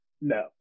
No